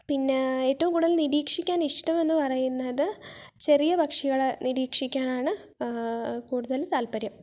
പിന്നെ ഏറ്റവും കൂടുതൽ നിരീക്ഷിക്കാൻ ഇഷ്ടമെന്ന് പറയുന്നത് ചെറിയ പക്ഷികളെ നിരീക്ഷിക്കാനാണ് കൂടുതല് താൽപര്യം